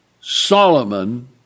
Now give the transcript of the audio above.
Solomon